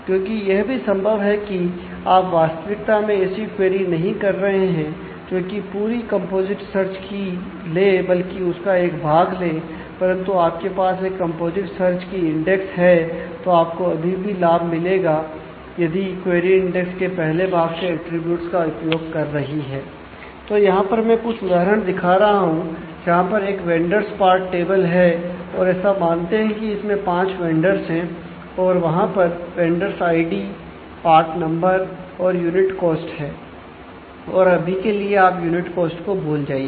क्योंकि यह भी संभव है कि आप वास्तविकता में ऐसी क्वेरी नहीं कर रहे हैं जोकि पूरी कंपोजिट सर्च की है और अभी के लिए आप यूनिट कॉस्ट को भूल जाइए